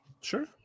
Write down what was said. sure